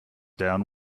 down